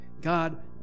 God